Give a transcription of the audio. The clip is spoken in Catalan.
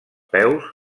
peus